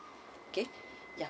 okay yeah